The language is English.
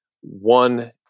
One